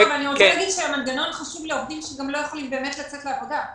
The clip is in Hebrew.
אבל אני רוצה להגיד שהמנגנון חשוב לעובדים שלא יכולים לצאת לעבודה.